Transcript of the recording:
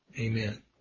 Amen